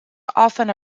often